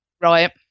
right